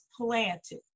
planted